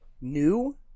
new